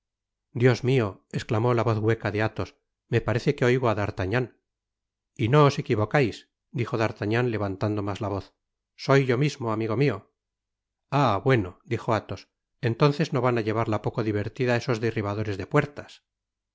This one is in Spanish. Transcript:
dios mio esclamó la voz hueca de athos me parece que oigo á d'artagnan y no os equivocais dijo d'artagnan levantando mas la voz soy yo mismo amigo mio ah bueno i dijo athos entonces no van á llevarla poco divertida esos derribadores de puertas